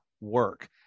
work